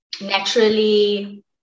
naturally